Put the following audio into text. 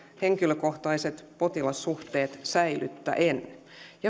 henkilökohtaiset potilassuhteet säilyttäen